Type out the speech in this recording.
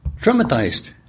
traumatized